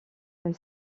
est